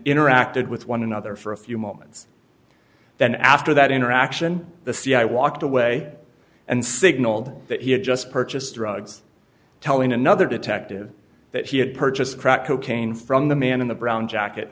interacted with one another for a few moments then after that interaction the c i walked away and signaled that he had just purchased drugs telling another detective that he had purchased crack cocaine from the man in the brown jacket